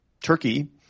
Turkey